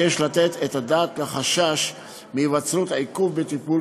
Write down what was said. יש לתת את הדעת לחשש מהיווצרות עיכוב בטיפול